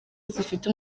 zifite